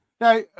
Now